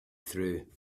through